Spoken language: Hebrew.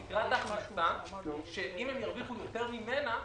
-- תקרת הכנסה שאם הם ירוויחו יותר ממנה,